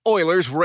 Oilers